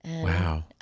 Wow